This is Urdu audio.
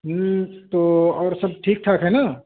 ہوں تو اور سب ٹھیک ٹھاک ہے نا